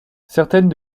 certaines